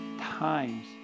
times